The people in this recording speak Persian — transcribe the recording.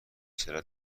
چرا